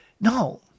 No